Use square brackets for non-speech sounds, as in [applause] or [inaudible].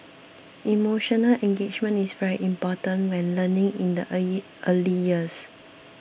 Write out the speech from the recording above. emotional engagement is very important when learning in the [unintelligible] early years